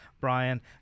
Brian